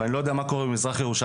ואני לא יודע מה קורה במזרח ירושלים,